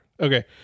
okay